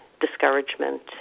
discouragement